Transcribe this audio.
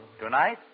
Tonight